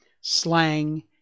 slang